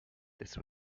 this